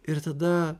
ir tada